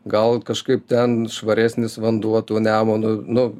gal kažkaip ten švaresnis vanduo tuo nemuno nu